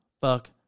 Fuck